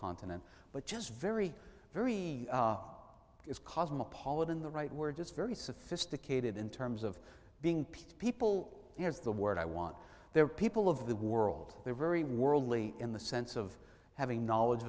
continent but just very very cosmopolitan the right word is very sophisticated in terms of being people here's the word i want there are people of the world they're very worldly in the sense of having knowledge